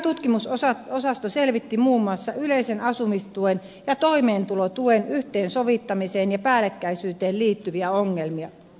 kelan tutkimusosasto selvitti muun muassa yleisen asumistuen ja toimeentulotuen yhteensovittamiseen ja päällekkäisyyteen liittyviä ongelmia